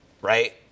Right